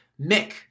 Mick